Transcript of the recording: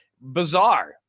Bizarre